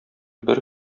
бер